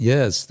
Yes